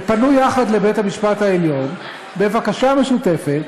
ופנו יחד לבית-המשפט העליון בבקשה משותפת